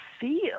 feel